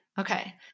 Okay